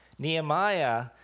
Nehemiah